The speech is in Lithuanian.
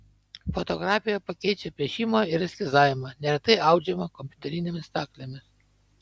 fotografija pakeičia piešimą ir eskizavimą neretai audžiama kompiuterinėmis staklėmis